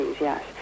yes